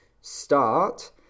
start